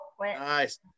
nice